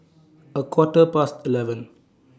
A Quarter Past eleven